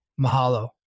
mahalo